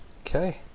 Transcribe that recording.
Okay